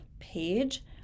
Page